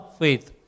faith